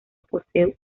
posee